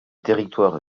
territoire